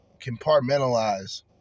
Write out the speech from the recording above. compartmentalize